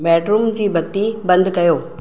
bedroom जी बती बंदि कयो